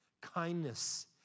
kindness